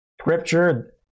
scripture